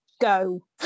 go